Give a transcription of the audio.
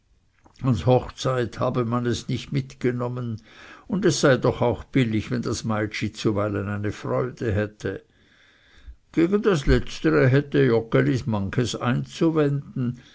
ans hochzeit habe man es nicht mitgenommen und es sei doch auch billig wenn das meitschi zuweilen eine freude hätte gegen das letztere hatte joggeli manches einzuwenden